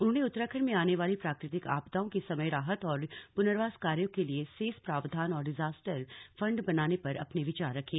उन्होंने उत्तराखण्ड में आने वाले प्राकृतिक आपदाओं के समय राहत और पुर्नवास कार्यो के लिए सेस प्रावधान और डिजास्टर फंड बनाने पर अपने विचार रखे